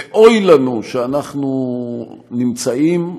ואוי לנו שאנחנו נמצאים,